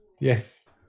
Yes